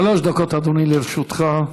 שלוש דקות, אדוני, לרשותך.